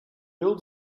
bill